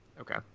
Okay